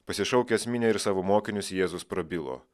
pasišaukęs minią ir savo mokinius jėzus prabilo